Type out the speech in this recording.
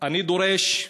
אני דורש,